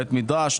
בית מדרש.